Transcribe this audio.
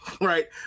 right